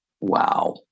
Wow